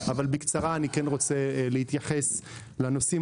אבל בקצרה אני רוצה להתייחס לנושאים